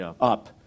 up